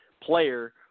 player